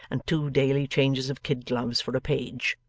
and two daily changes of kid-gloves for a page.